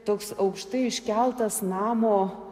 toks aukštai iškeltas namo